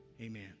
amen